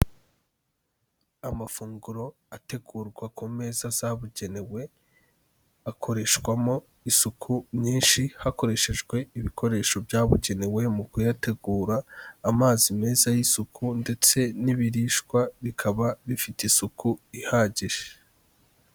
Amafunguro ategurwa ku meza zabugenewe, akoreshwamo isuku nyinshi hakoreshejwe ibikoresho byabugenewe mu kuyategura, amazi meza y'isuku ndetse n'ibirishwa bikaba bifite isuku ihagije.